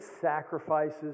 sacrifices